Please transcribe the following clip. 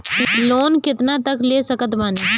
Loan कितना तक ले सकत बानी?